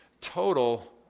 Total